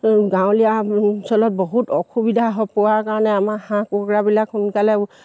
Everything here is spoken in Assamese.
গাঁৱলীয়া অঞ্চলত বহুত অসুবিধা হ পোৱাৰ কাৰণে আমাৰ হাঁহ কুকুৰাবিলাক সোনকালে